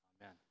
Amen